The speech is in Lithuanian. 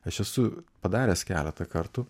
aš esu padaręs keletą kartų